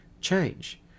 change